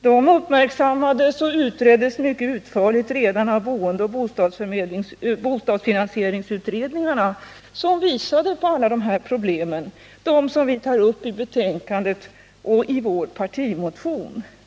De uppmärksammades och utreddes mycket utförligt redan i boendeutredningen och bostadsfinansieringsutredningen, som visat upp alla de problem som vi tar upp i vår partimotion och i betänkandet.